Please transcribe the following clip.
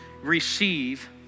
receive